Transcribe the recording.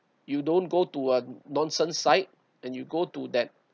you don't go to a nonsense site and you go to that